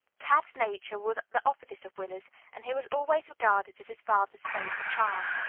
tad's nature was the opposite of willie's, and he was always regarded as his father's favorite child.